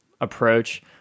approach